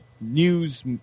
news